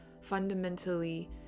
fundamentally